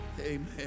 Amen